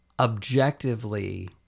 Objectively